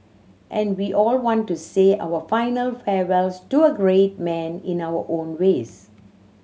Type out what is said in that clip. and we all want to say our final farewells to a great man in our own ways